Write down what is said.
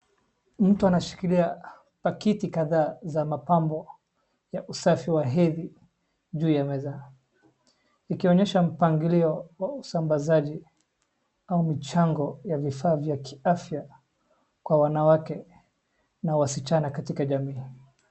Mtu anashikilia pakiti kadhaa za mapambo ya usafi wa hedhi juu ya meza, ikionyesha mpangilio wa usambazaji au mchango wa vifaa vya kiafya kwa wanawake na wasichana katika jamii.